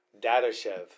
Dadashev